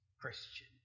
Christian